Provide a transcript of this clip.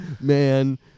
man